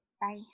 Bye